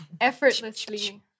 Effortlessly